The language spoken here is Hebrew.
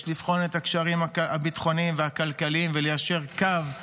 יש לבחון את הקשרים הביטחוניים והכלכליים וליישר קו,